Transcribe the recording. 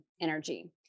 energy